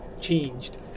changed